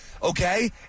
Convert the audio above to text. Okay